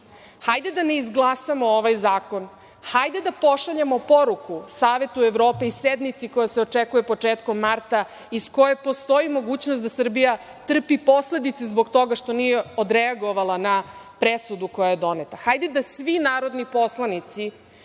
Hajde da ne izglasamo ovaj zakon. Hajde da pošaljemo poruku Savetu Evrope i sednici koja se očekuje početkom marta iz koje postoji mogućnost da Srbija trpi posledice zbog toga što nije odreagovala na presudu koja je donet. Hajde da svi narodni poslanici